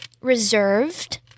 reserved